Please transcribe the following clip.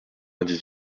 vingt